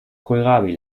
kohlrabi